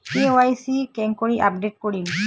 KYC কেঙ্গকরি update করিম?